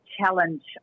challenge